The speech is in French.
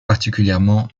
particulièrement